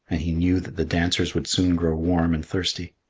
and he knew that the dancers would soon grow warm and thirsty.